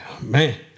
man